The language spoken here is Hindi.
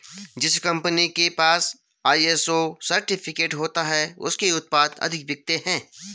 जिस कंपनी के पास आई.एस.ओ सर्टिफिकेट होता है उसके उत्पाद अधिक बिकते हैं